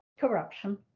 corruption